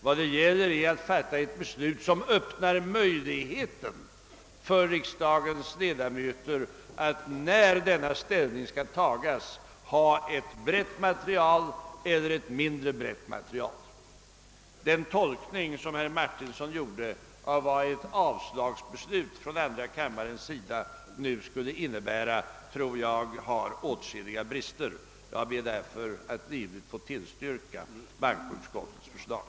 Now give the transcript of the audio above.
Vad det gäller är ett beslut som anger för riksdagens ledamöter bredden av det material som de en gång skall ta ställning till. Den tolkning som herr Martinsson gjorde av innebörden av ett beslut om avslag i andra kammaren har åtskilliga brister. Jag ber därför att livligt få tillstyrka bankoutskottets hemställan.